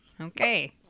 Okay